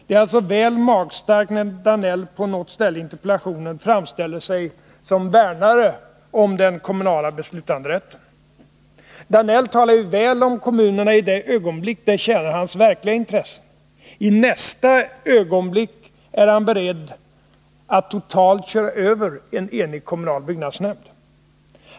Det är alltså väl magstarkt när herr Danell på något ställe i interpellationssvaret framställer sig som värnare om den kommunala beslutanderätten. Statsrådet Danell talar väl om kommunerna i det ögonblick det tjänar hans verkliga intressen. I nästa ögonblick är han beredd att totalt köra över en enig kommunal byggnadsnämnd.